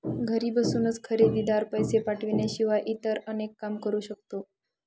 घरी बसूनच खरेदीदार, पैसे पाठवण्याशिवाय इतर अनेक काम करू शकतो